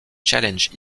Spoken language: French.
challenge